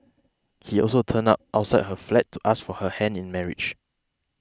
he also turned up outside her flat to ask for her hand in marriage